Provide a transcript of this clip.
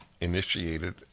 initiated